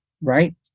right